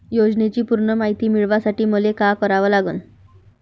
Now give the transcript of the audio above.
योजनेची पूर्ण मायती मिळवासाठी मले का करावं लागन?